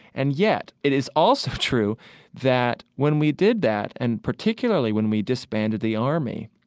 and yet, it is also true that when we did that, and particularly when we disbanded the army,